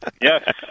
Yes